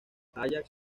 ajax